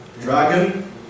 dragon